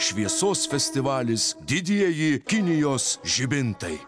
šviesos festivalis didieji kinijos žibintai